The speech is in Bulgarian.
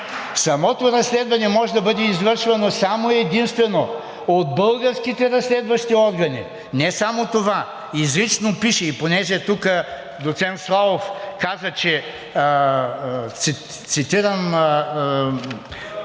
Самото разследване може да бъде извършвано само и единствено от българските разследващи органи, не само това. Изрично пише – доцент Славов каза, че цитирам